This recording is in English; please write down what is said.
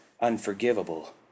unforgivable